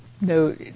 no